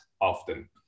often